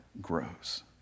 grows